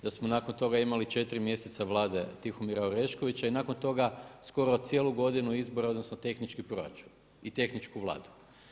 Da smo nakon toga imali 4 mjeseca Vlade Tihomira Oreškovića i nakon toga skoro cijelu godinu izbore odnosno tehnički proračun i tehničku Vladu.